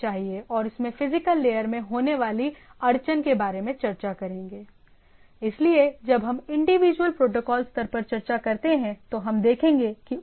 यदि आप इन्हें किसी अन्य सिस्टम की तरह देखते हैं ये प्रोटोकॉल एक दिशानिर्देश प्रदान करते हैं कि दो पीयर के बीच इंटर ऑपरेट कैसे किया जाए और मूल रूप से उन सर्विसेज के साथ एक इंटरफ़ेस कैसे प्रदान किया जाए जो उस विशेष प्रोटोकॉल द्वारा प्रदान किए गए हैं